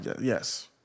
Yes